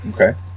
Okay